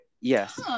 Yes